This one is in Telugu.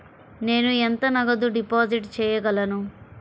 నేను ఎంత నగదు డిపాజిట్ చేయగలను?